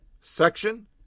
section